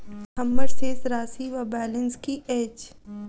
हम्मर शेष राशि वा बैलेंस की अछि?